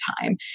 time